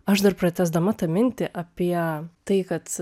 aš dar pratęsdama tą mintį apie tai kad